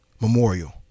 memorial